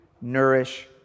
nourish